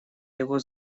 его